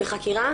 היא בחקירה,